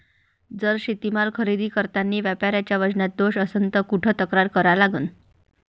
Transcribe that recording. जर शेतीमाल खरेदी करतांनी व्यापाऱ्याच्या वजनात दोष असन त कुठ तक्रार करा लागन?